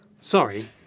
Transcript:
Sorry